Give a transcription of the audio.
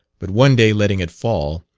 but one day letting it fall,